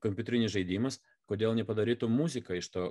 kompiuterinis žaidimas kodėl nepadarytų muziką iš to